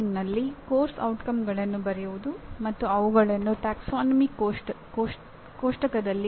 ಮಾನ್ಯತೆ ಎಂದರೆ ಕೆಲವು ಏಜೆನ್ಸಿಗಳು ನಡೆಯುತ್ತಿರುವ ಕಾರ್ಯಕ್ರಮವು ನೀಡಲಾದ ನಿರ್ದಿಷ್ಟ ಮಾನದಂಡಗಳನ್ನು ಪೂರೈಸುತ್ತಿದೆಯೇ ಎಂಬುದನ್ನು ಆಲಿಸುತ್ತದೆ